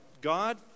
God